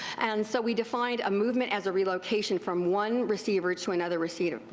and so we defined a movement as a relocation from one receiver to another receiver.